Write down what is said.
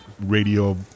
radio